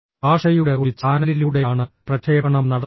ഭാഷയുടെ ഒരു ചാനലിലൂടെയാണ് പ്രക്ഷേപണം നടത്തുന്നത്